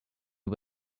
you